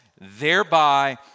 thereby